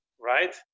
right